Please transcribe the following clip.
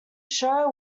show